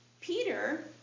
Peter